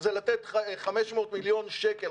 זה לתת 500 מיליון שקל,